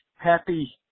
Happy